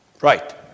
Right